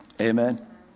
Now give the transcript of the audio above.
Amen